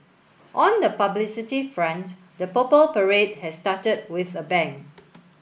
on the publicity front the Purple Parade has started with a bang